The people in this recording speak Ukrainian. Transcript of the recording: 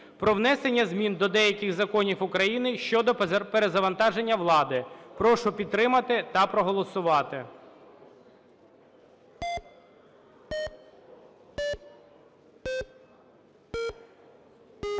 про внесення змін до деяких законів України щодо перезавантаження влади. Прошу підтримати та проголосувати.